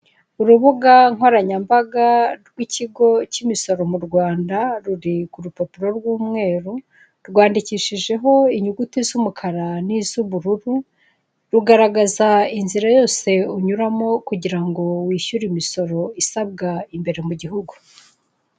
Urubuga nkoranyambaga rw'ikigo cy'imisoro mu Rwanda, ruri ku rupapuro rw'umweru rwandikishijeho inyuguti z'umukara n'iz' ubururu, rugaragaza inzira yose unyuramo kugira ngo wishyure imisoro isabwa imbere mu gihugu.